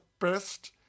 best